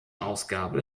ausgabe